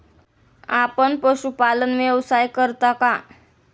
आपण पशुपालन व्यवसाय करता का?